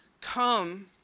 come